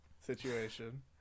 situation